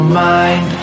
mind